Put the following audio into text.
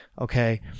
Okay